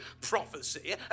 prophecy